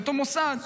לאותו מוסד,